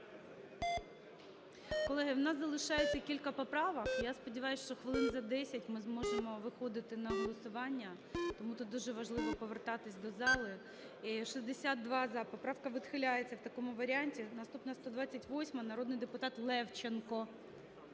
Колеги, в нас залишається кілька поправок. Я сподіваюсь, що хвилин за 10 ми зможемо виходити на голосування, тому тут дуже важливо повертатися до зали. 16:20:17 За-62 Поправка відхиляється в такому варіанті. Наступна 128-а, народний депутат Левченко.